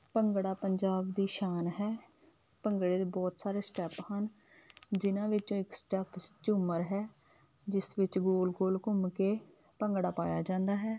ਭੰਗੜਾ ਪੰਜਾਬ ਦੀ ਸ਼ਾਨ ਹੈ ਭੰਗੜੇ ਦੇ ਬਹੁਤ ਸਾਰੇ ਸਟੈਪ ਹਨ ਜਿਹਨਾਂ ਵਿੱਚੋਂ ਇੱਕ ਸਟੈਪ ਝੁੰਮਰ ਹੈ ਜਿਸ ਵਿੱਚ ਗੋਲ ਗੋਲ ਘੁੰਮ ਕੇ ਭੰਗੜਾ ਪਾਇਆ ਜਾਂਦਾ ਹੈ